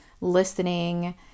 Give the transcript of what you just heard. listening